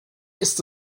ist